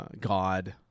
God